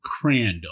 Crandall